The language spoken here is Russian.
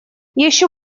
еще